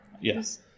Yes